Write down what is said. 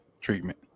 treatment